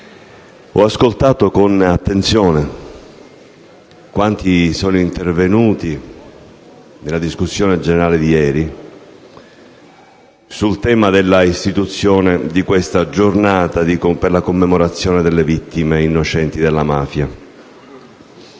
ho ascoltato con attenzione quanti sono intervenuti nella discussione generale di ieri sul tema dell'istituzione di questa giornata per la commemorazione delle vittime innocenti della mafia.